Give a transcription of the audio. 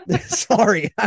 sorry